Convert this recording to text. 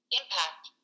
impact